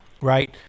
right